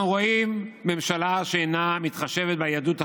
אנחנו רואים ממשלה שאינה מתחשבת ביהדות החרדית,